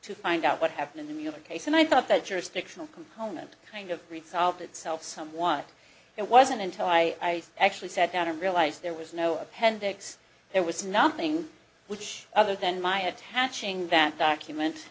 to find out what happened in the other case and i thought that jurisdictional component kind of resolved itself someone it wasn't until i actually sat down and realised there was no appendix there was nothing which other than my attaching that document